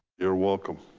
you're welcome.